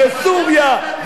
לסוריה,